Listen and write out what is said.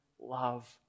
love